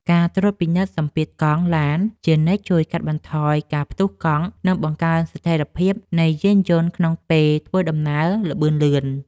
ការត្រួតពិនិត្យសម្ពាធកង់ឡានជានិច្ចជួយកាត់បន្ថយការផ្ទុះកង់ និងបង្កើនស្ថិរភាពនៃយានយន្តក្នុងពេលធ្វើដំណើរល្បឿនលឿន។